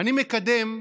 אני מקדם,